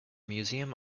museum